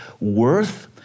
worth